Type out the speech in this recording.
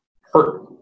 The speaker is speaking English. hurt